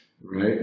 right